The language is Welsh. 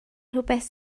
rhywbeth